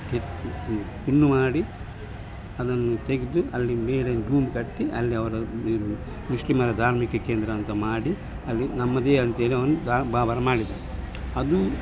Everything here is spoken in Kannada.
ಕಿತ್ತು ತುಂಡು ಮಾಡಿ ಅದನ್ನು ತೆಗೆದು ಅಲ್ಲಿ ಬೇರೆ ಡೂಮ್ ಕಟ್ಟಿ ಅಲ್ಲಿ ಅವರ ಏನು ಮುಸ್ಲಿಮರ ಧಾರ್ಮಿಕ ಕೇಂದ್ರ ಅಂತ ಮಾಡಿ ಅದು ನಮ್ಮದೇ ಅಂತ್ಹೇಳಿ ಅವನು ಬಾಬರ ಮಾಡಿದ ಅದು